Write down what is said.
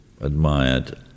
admired